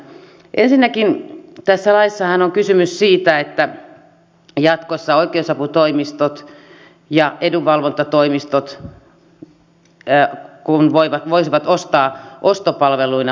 ensinnäkin tässä laissahan on kysymys siitä että jatkossa oikeusaputoimistot ja edunvalvontatoimistot voisivat ostaa ostopalveluina palveluita